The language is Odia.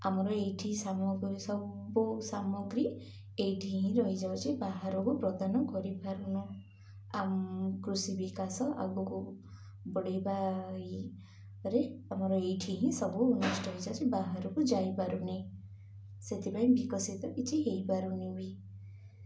ଆମର ଏଇଠି ସାମଗ୍ରୀ ସବୁ ସାମଗ୍ରୀ ଏଇଠି ହିଁ ରହିଯାଉଛି ବାହାରକୁ ପ୍ରଦାନ କରିପାରୁନୁ ଆ କୃଷି ବିକାଶ ଆଗକୁ ବଢ଼ାଇବାରେ ଆମର ଏଇଠି ହିଁ ସବୁ ଅନିଷ୍ଟ ହୋଇଯାଉଛି ବାହାରକୁ ଯାଇପାରୁନି ସେଥିପାଇଁ ବିକଶିତ କିଛି ହୋଇପାରୁନି ବି